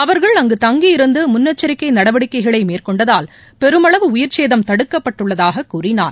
அவர்கள் அங்கு தங்கியிருந்து முன்ளெச்சரிக்கை நடவடிக்கைகளை மேற்கொண்டதால் பெருமளவு உயிர்ச்சேதம் தடுக்கப்பட்டுள்ளதாகக் கூறினார்